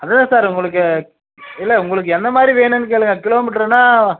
அதுதான் சார் உங்களுக்கு இல்லை உங்களுக்கு எந்தமாதிரி வேணும்னு கேளுங்கள் கிலோமீட்டருனா